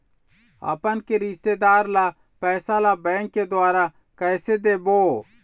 अपन के रिश्तेदार ला पैसा ला बैंक के द्वारा कैसे देबो?